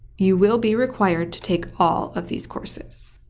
you will be required to take all of these courses.